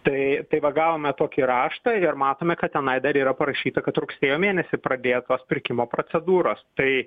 tai tai va gavome tokį raštą ir matome kad tenai dar yra parašyta kad rugsėjo mėnesį pradėtos pirkimo procedūros tai